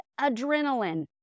adrenaline